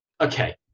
Okay